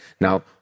now